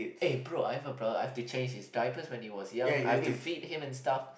eh bro I have brother I have to change his diapers when he was young I want to feed him in stuff